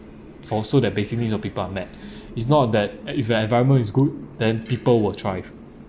for so their basic needs of people are met is not that eh if an environment is good then people will thrive